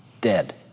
dead